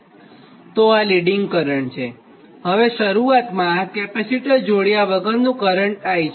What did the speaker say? તો આ leading current છે હવે શરૂઆતમાં આ કેપેસિટર જોડ્યા વગરનું કરંટ I છે